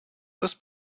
this